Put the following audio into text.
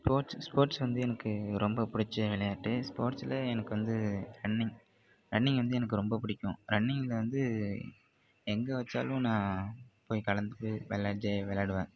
sports sports வந்து எனக்கு ரொம்ப பிடிச்ச விளையாட்டு ஸ்போட்ஸில் எனக்கு வந்து ரன்னிங் ரன்னிங் வந்து எனக்கு ரொம்ப பிடிக்கும் ரன்னிங்கில் வந்து எங்கே வச்சாலும் நான் போய் கலந்துகிட்டு வெளா ஜெ விளாடுவேன்